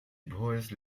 voiced